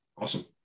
Awesome